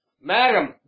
madam